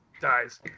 dies